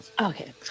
okay